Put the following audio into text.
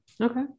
Okay